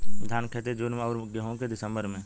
धान क खेती जून में अउर गेहूँ क दिसंबर में?